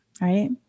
Right